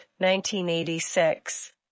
1986